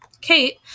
Kate